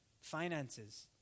finances